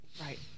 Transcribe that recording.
Right